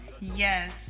Yes